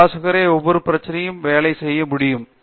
ஆலோசகரே ஒவ்வொரு பிரச்சனைக்கும் வேலை செய்ய முடியும்